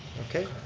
okay,